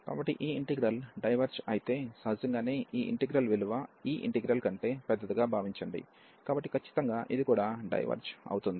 కాబట్టి ఈ integral diverge అయితే సహజంగానే ఈ ఇంటిగ్రల్ విలువ ఈ ఇంటిగ్రల్ కంటే పెద్దదిగా భావించండి కాబట్టి ఖచ్చితంగా ఇది కూడా డైవెర్జ్ అవుతుంది